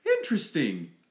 Interesting